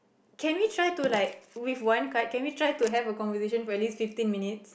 can we try to like with one card can we try to have a conversation for at least fifteen minutes